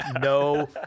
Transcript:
no